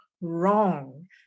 wrong